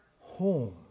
home